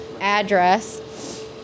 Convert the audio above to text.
address